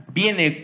viene